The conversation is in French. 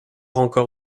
encore